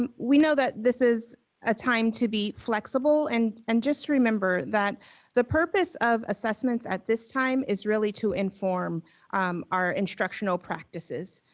um we know that this is a time to be flexible and and just remember that the purpose of assessments at this time is really to inform our instructional practices.